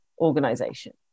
organization